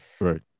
Right